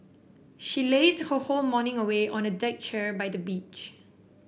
she lazed her whole morning away on a deck chair by the beach